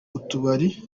utubari